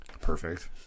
Perfect